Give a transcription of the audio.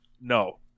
No